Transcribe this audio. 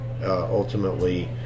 ultimately